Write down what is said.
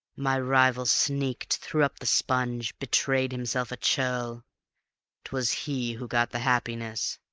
my rival sneaked, threw up the sponge, betrayed himself a churl twas he who got the happiness,